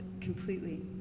completely